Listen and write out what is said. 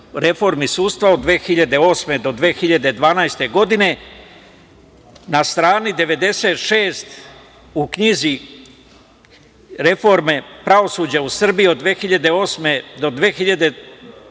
od 2008. do 2012. godine. Na stani 96. u knjizi „Reforme pravosuđa u Srbiji od 2008. do 2012.